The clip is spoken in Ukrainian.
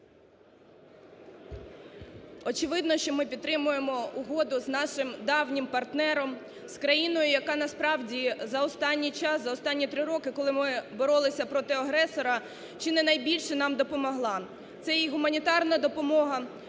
Очевидно, що ми підтримуємо угоду з нашим давнім партнером, з країною, яка насправді за останній час, за останні три роки, коли ми боролися проти агресора, чи не найбільше нам допомогла. Це і гуманітарна допомога